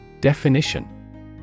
Definition